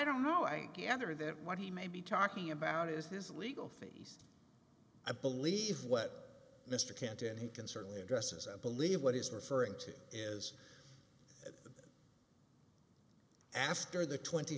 don't know i gather that what he may be talking about is his legal fees i believe what mr can't and he can certainly addresses i believe what he's referring to is after the twenty